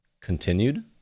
continued